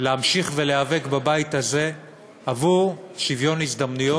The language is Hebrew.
להמשיך להיאבק בבית הזה עבור שוויון הזדמנויות